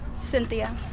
Cynthia